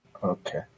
Okay